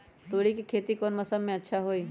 तोड़ी के खेती कौन मौसम में अच्छा होई?